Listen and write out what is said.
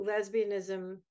lesbianism